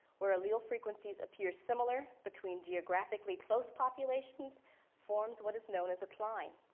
where allele frequencies appear similar between geographically close populations forms what is known as a cline.